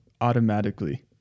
automatically